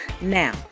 Now